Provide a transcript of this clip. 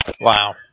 Wow